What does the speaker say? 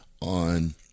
on